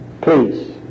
Please